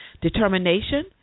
Determination